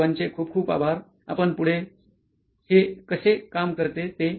तुमच्या सर्वांचे खूप खूप आभार आपण पुढे बहुत कि हे कसे काम करते